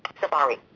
Safari